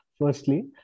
firstly